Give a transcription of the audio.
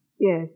Yes